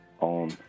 on